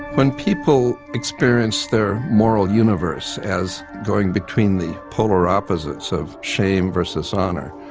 when people experience their moral universe as going between the polar opposites of shame versus honour,